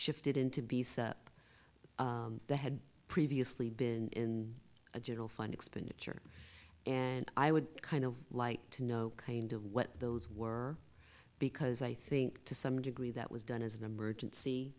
shifted in to be set up they had previously been a general fund expenditure and i would kind of like to know kind of what those were because i think to some degree that was done as an emergency